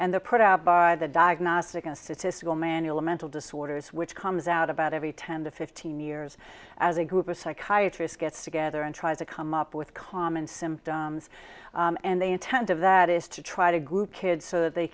and the put out by the diagnostic and statistical manual of mental disorders which comes out about every ten to fifteen years as a group a psychiatrist gets together and tries to come up with common symptoms and the intent of that is to try to group kids so that they